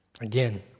again